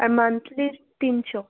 আর monthly তিনশো